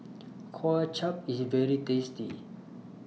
Kuay Chap IS very tasty